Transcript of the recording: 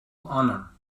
honor